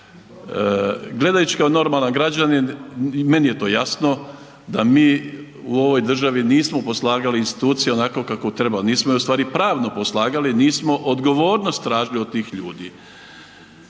Gledajući kao normalan građanin meni je to jasno da mi u ovoj državi nismo poslagali institucije onako kako treba, nismo je ustvari pravno poslagali, nismo odgovornost tražili od tih ljudi.